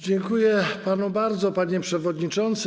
Dziękuję panu bardzo, panie przewodniczący.